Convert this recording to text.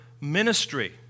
ministry